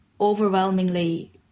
overwhelmingly